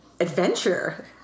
adventure